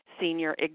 senior